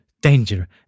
danger